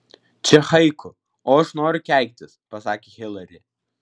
čia haiku o aš noriu keiktis pasakė hilari